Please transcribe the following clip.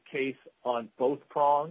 case on both prong